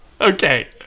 okay